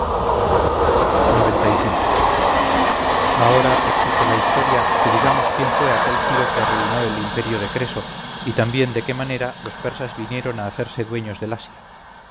persas ahora exige la historia que digamos quién fue aquel ciro que arruinó el imperio de creso y también de qué manera los persas vinieron a hacerse dueños del asia